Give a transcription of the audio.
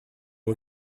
yng